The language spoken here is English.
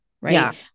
right